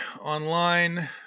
online